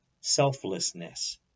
selflessness